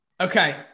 Okay